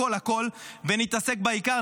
הכול ונתעסק בעיקר,